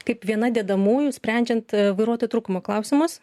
kaip viena dedamųjų sprendžiant vairuotojų trūkumo klausimus